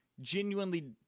genuinely